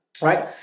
Right